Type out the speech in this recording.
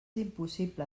impossible